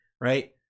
right